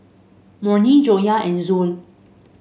Murni Joyah and Zul